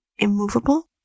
Immovable